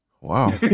Wow